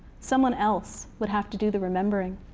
someone else would have to do the remembering,